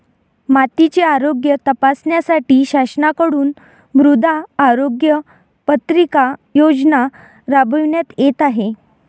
मातीचे आरोग्य तपासण्यासाठी शासनाकडून मृदा आरोग्य पत्रिका योजना राबविण्यात येत आहे